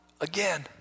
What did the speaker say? again